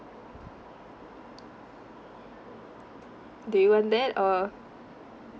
do you want that or